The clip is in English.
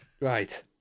right